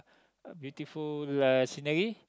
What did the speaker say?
A beautiful uh scenery